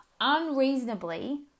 unreasonably